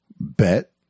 bet